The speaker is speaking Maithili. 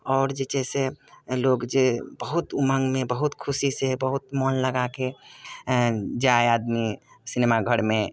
आओर जे छै से लोक जे बहुत उमङ्गमे बहुत खुशीसँ बहुत मोन लगा कऽ जाय आदमी सिनेमा घरमे